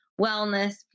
wellness